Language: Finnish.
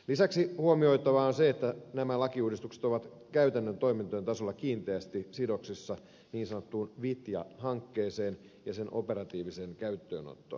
lisäksi huomioitavaa on se että nämä lakiuudistukset ovat käytännön toimintatasolla kiinteästi sidoksissa niin sanottuun vitja hankkeeseen ja sen operatiiviseen käyttöönottoon